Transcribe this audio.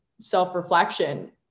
self-reflection